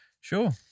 Sure